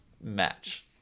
match